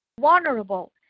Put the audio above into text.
vulnerable